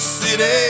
city